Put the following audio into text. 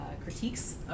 critiques